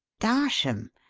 darsham?